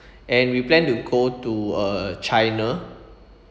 and we plan to go to uh china